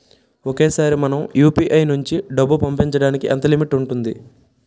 ఒకేసారి మనం యు.పి.ఐ నుంచి డబ్బు పంపడానికి ఎంత లిమిట్ ఉంటుంది?